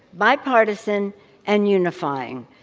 bipartisan and unifying,